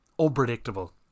unpredictable